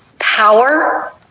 power